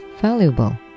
valuable